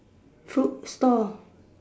fruit store